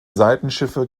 seitenschiffe